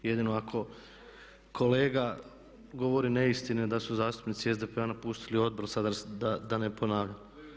Jedino ako kolega govori neistine da su zastupnici SDP-a nastupili odbor, sad da ne ponavljam.